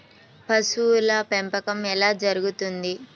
పశువుల పెంపకం ఎలా జరుగుతుంది?